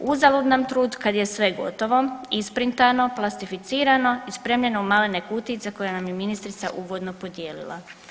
Uzalud nam trud kada je sve gotovo, isprintano, plastificirano i spremljeno u malene kutijice koje nam je ministrica uvodno podijelila.